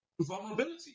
vulnerability